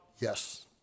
Yes